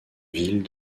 villes